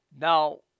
Now